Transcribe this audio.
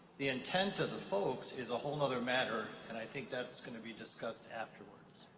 the intent of the folks is a whole nother matter and i think that's going to be discussed afterwards.